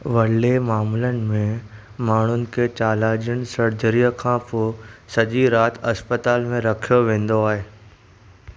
वर्ले मामलनि में माण्हुनि खे चालाज़ियन सर्जरीअ खां पोइ सॼी राति इस्पतालि में रखियो वेंदो आहे